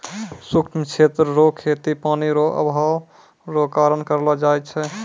शुष्क क्षेत्र रो खेती पानी रो अभाव रो कारण करलो जाय छै